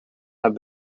have